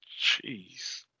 Jeez